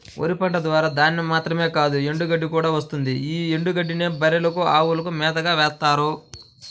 వరి పంట ద్వారా ధాన్యం మాత్రమే కాదు ఎండుగడ్డి కూడా వస్తుంది యీ ఎండుగడ్డినే బర్రెలకు, అవులకు మేతగా వేత్తారు